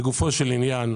לגופו של עניין,